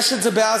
יש את זה בעזה,